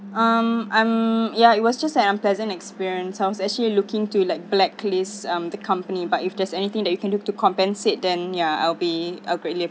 um um ya it was just an unpleasant experience I was actually looking to like blacklist um the company but if there's anything that you can do to compensate then ya I'll be a greatly